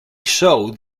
showed